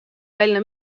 välja